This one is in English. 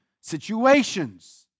situations